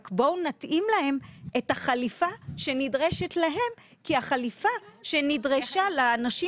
רק בואו נתאים להם את החליפה שנדרשת להם כדי החליפה שנדרשה לאנשים